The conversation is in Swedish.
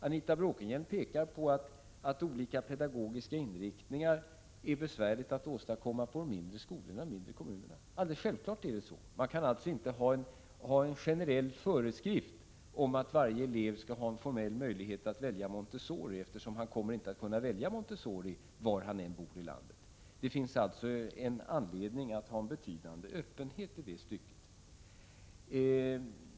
Anita Bråkenhielm pekar på att olika pedagogiska inriktningar är besvärliga att åstadkomma på mindre skolor och i mindre kommuner. Självfallet är det så. Man kan alltså inte ha generella föreskrifter om att varje elev skall ha formell möjlighet att välja Montessori, eftersom han inte kommer att kunna välja Montessori var han än bor i landet. Det finns anledning att ha betydande öppenhet i det stycket.